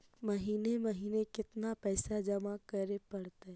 महिने महिने केतना पैसा जमा करे पड़तै?